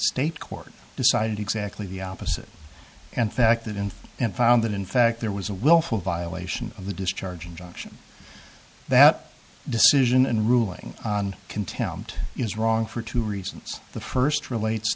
state court decided exactly the opposite and fact that in and found that in fact there was a willful violation of the discharge injunction that decision and ruling on contempt is wrong for two reasons the first relates